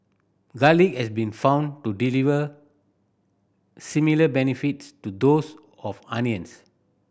garlic has been found to deliver similar benefits to those of onions